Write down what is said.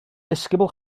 ddisgybl